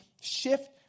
shift